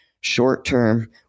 short-term